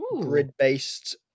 grid-based